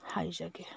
ꯍꯥꯏꯖꯒꯦ